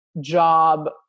job